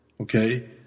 Okay